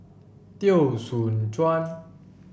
Teo Soon Chuan